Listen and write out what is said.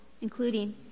including